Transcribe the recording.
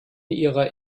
ihrer